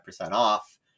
off